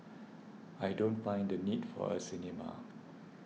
I don't find the need for a cinema